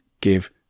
give